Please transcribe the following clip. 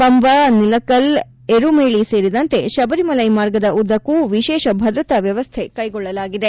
ಪಂಬಾ ನಿಲಕಲ್ ಎರುಮೇಳಿ ಸೇರಿದಂತೆ ಶಬರಿಮಲೈ ಮಾರ್ಗದ ಉದ್ದಕ್ಕೂ ವಿಶೇಷ ಭದ್ರತಾ ಮ್ಯವಸ್ಥೆ ಕೈಗೊಳ್ಳಲಾಗಿದೆ